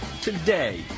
today